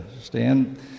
stand